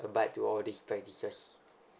come back to all these practices